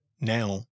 now